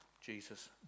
Jesus